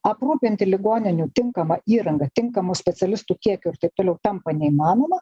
aprūpinti ligoninių tinkama įranga tinkamu specialistu kiekiu ir taip toliau tampa neįmanoma